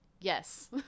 yes